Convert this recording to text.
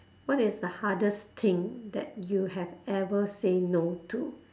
what is the hardest thing that you have ever say no to